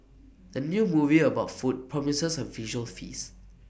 the new movie about food promises A visual feast